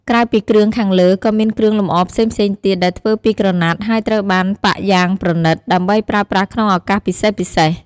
ក្រៅពីគ្រឿងខាងលើ ក៏មានគ្រឿងលម្អផ្សេងៗទៀតដែលធ្វើពីក្រណាត់ ហើយត្រូវបានប៉ាក់យ៉ាងប្រណិត ដើម្បីប្រើប្រាស់ក្នុងឱកាសពិសេសៗ។